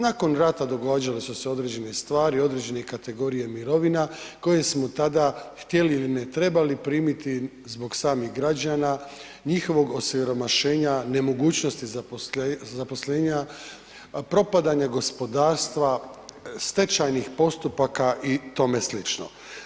Nakon rata događale su se određene stvari, određene kategorije mirovina koje smo tada htjeli ili ne trebali primiti zbog samih građana, njihovog osiromašenja, nemogućnosti zaposlenja, propadanja gospodarstva, stečajnih postupaka itsl.